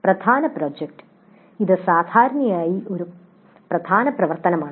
പ്രധാന പ്രോജക്റ്റ് ഇത് സാധാരണയായി ഒരു പ്രധാന പ്രവർത്തനമാണ്